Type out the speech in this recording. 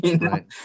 Right